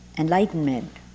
Enlightenment